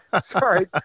sorry